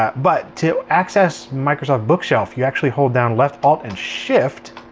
but to access microsoft bookshelf, you actually hold down left alt and shift,